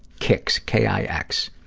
kix, k i x.